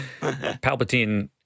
Palpatine